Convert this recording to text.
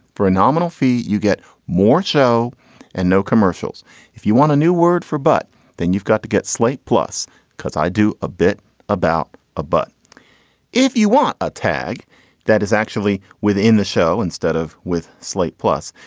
for a nominal fee. you get more show and no commercials if you want a new word for. but then you've got to get slate plus because i do a bit about. but if you want a tag that is actually within the show instead of with slate plus,